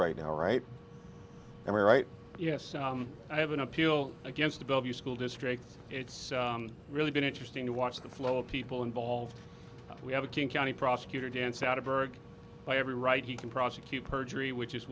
right now right i mean right yes i have an appeal against the bellevue school district it's really been interesting to watch the flow of people involved we have a king county prosecutor dance out of berg by every right he can prosecute perjury which is